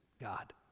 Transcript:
God